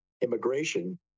immigration